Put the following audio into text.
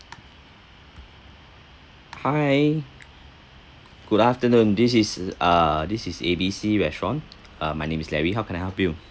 hi good afternoon this is uh this is A_B_C restaurant uh my name is larry how can I help you